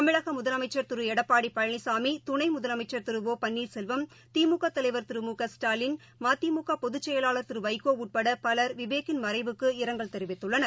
தமிழகமுதலமைச்சர் திருளடப்பாடிபழனிசாமி துணைமுதலமைச்சர் திரு ஒ பன்னீர்செல்வம் திமுகதலைவர் திரு மு க ஸ்டாலின் மதிமுகபொதுச்செயலாளர் திருவைகோஉட்படபலர் விவேக் யின் மறைவுக்கு இரங்கல் தெரிவித்துள்ளனர்